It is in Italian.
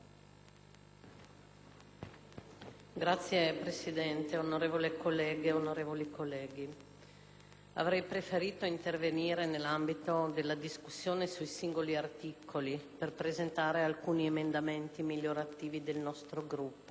Signora Presidente, onorevoli colleghe e onorevoli colleghi, avrei preferito intervenire nell'ambito della discussione sui singoli articoli, per presentare alcuni emendamenti migliorativi del nostro Gruppo.